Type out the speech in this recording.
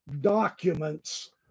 documents